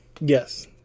Yes